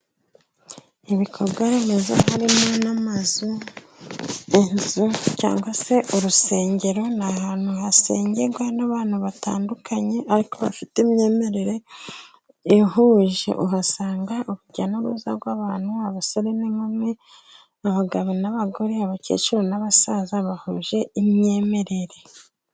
Ibikorwa remezo harimo n'amazu, inzu cyangwa se urusengero ni ahantu hasengerwa n'abantu batandukanye, ariko bafite imyemerere ihuje, uhasanga urujya n'uruza rw'abantu, abasore n'inkumi, abagabo n'abagore, abakecuru n'abasaza bahuje imyemerere.